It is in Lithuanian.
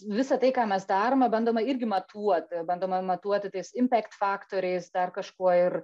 visa tai ką mes darome bandoma irgi matuoti bandoma matuoti tais impact faktoriais dar kažkuo ir